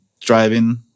driving